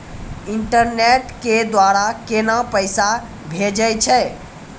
Internet के द्वारा केना पैसा भेजय छै?